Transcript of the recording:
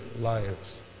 lives